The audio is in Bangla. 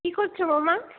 কি করছো বৌমা